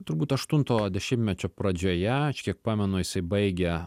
turbūt aštunto dešimtmečio pradžioje aš kiek pamenu jisai baigė